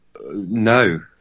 No